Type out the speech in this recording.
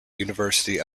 university